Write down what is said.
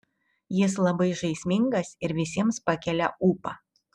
jis labai žaismingas ir visiems pakelia ūpą